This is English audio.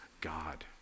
God